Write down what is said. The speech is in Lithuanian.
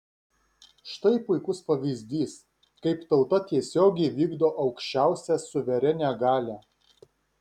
štai puikus pavyzdys kaip tauta tiesiogiai vykdo aukščiausią suverenią galią